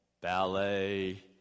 ballet